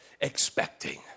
expecting